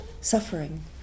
suffering